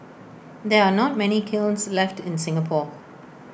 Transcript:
there are not many kilns left in Singapore